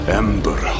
ember